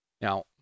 Now